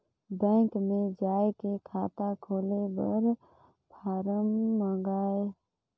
Bank मे जाय के खाता खोले बर फारम मंगाय?